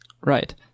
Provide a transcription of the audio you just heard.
Right